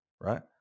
right